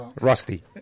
Rusty